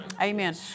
Amen